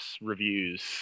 reviews